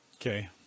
okay